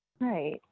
Right